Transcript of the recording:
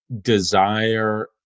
desire